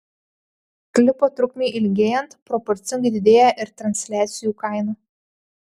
klipo trukmei ilgėjant proporcingai didėja ir transliacijų kaina